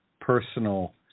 personal